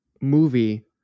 movie